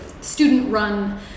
student-run